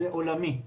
זה עולמי.